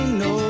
no